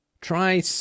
Try